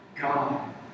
God